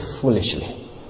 foolishly